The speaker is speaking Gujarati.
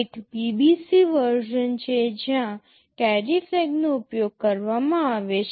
એક BBC વર્ઝન છે જ્યાં કેરી ફ્લેગનો ઉપયોગ કરવામાં આવે છે